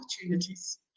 opportunities